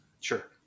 Sure